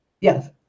Yes